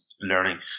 learning